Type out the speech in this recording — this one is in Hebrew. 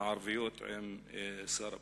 הערביות עם שר הפנים.